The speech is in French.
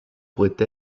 pourraient